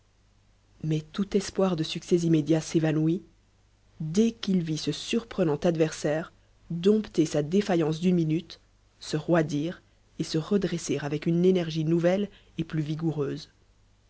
mais tout espoir de succès immédiat s'évanouit dès qu'il vit ce surprenant adversaire dompter sa défaillance d'une minute se roidir et se redresser avec une énergie nouvelle et plus vigoureuse